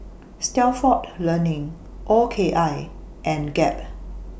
Stalford Learning O K I and Gap